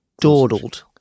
Dawdled